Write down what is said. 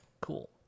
Cool